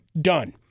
Done